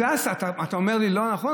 אתה אומר לי "לא נכון"?